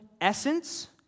essence